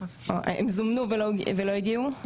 הם זומנו ולא הגיעו?